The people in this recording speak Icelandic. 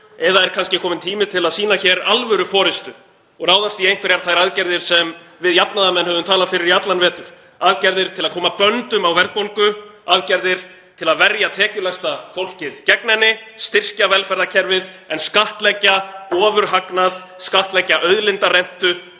eða er kannski kominn tími til að sýna hér alvöruforystu og ráðast í einhverjar þær aðgerðir sem við jafnaðarmenn höfum talað fyrir í allan vetur, aðgerðir til að koma böndum á verðbólgu, aðgerðir til að verja tekjulægsta fólkið gegn henni, styrkja velferðarkerfið en skattleggja ofurhagnað, skattleggja auðlindarentu